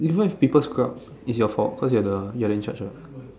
even if people scrub it's your fault cause you're the you are the in charge what